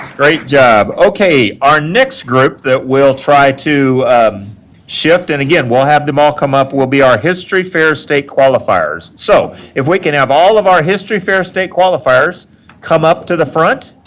great job. okay. our next group that we'll try to shift and, again, we'll have them all come up will be our history fair state qualifiers, so, if we can have all of our history fair state qualifiers come up to the front.